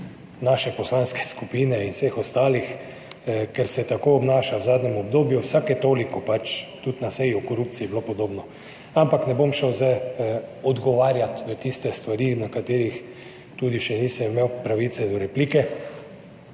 naše poslanske skupine in vseh ostalih, ker se tako obnaša, v zadnjem obdobju, vsake toliko, pač tudi na seji o korupciji je bilo podobno. Ampak ne bom zdaj odgovarjal na tiste stvari, za katere tudi še nisem imel pravice do replike.